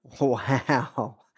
Wow